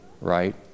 right